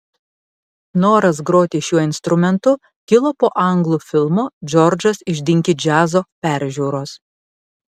noras groti šiuo instrumentu kilo po anglų filmo džordžas iš dinki džiazo peržiūros